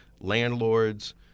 landlords